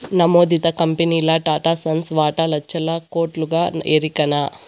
నమోదిత కంపెనీల్ల టాటాసన్స్ వాటా లచ్చల కోట్లుగా ఎరికనా